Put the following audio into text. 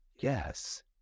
yes